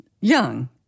young